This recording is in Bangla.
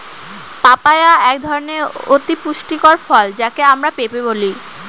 পাপায়া একধরনের অতি পুষ্টিকর ফল যাকে আমরা পেঁপে বলি